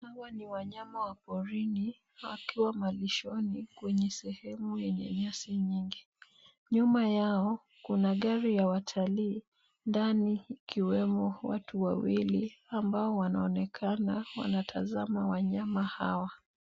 Hawa ni wanyama wa porini wakiwa malishoni kwenye sehemu yenye nyasi nyingi. Nyuma yao kuna gari ya watalii ndani ikiwemo watu wawili ambao wanaonekana wanatazama wanyama hawa.